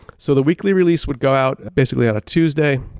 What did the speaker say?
so the weekly release would go out basically at a tuesday.